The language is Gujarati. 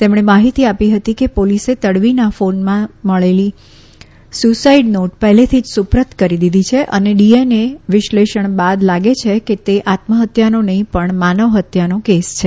તેમણે માહિતી આપી હતી કે પોલીસે તડવીના ફોનમાં મળી ાવેલી સ્યુસાઈડ નોટ પહેલેથી જ સુપરત કરી દીધી છે અને ડીએનએ વિષ્લેષણ બાદ લાગે છે કે તે આત્મહત્યાનો નહીં પણ માનવ હત્યાનો કેસ છે